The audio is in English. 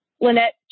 Lynette